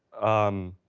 um.